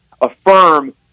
affirm